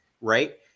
right